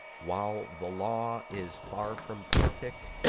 while the law is far from perfect,